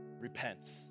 repents